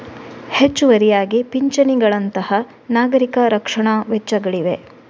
ಹೆಚ್ಚುವರಿಯಾಗಿ ಪಿಂಚಣಿಗಳಂತಹ ನಾಗರಿಕ ರಕ್ಷಣಾ ವೆಚ್ಚಗಳಿವೆ